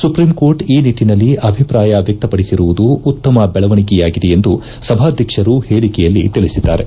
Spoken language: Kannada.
ಸುಪ್ರೀಂಕೋರ್ಟ್ ಈ ನಿಟ್ಟನಲ್ಲಿ ಅಭಿಪ್ರಾಯ ವ್ವಕ್ತಪಡಿಸಿರುವುದು ಉತ್ತಮ ದೆಳವಣಿಗೆಯಾಗಿದೆ ಎಂದು ಸಭಾಧ್ಯಕ್ಷರು ಹೇಳಿಕೆಯಲ್ಲಿ ತಿಳಿಸಿದ್ದಾರೆ